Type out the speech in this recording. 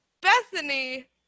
Bethany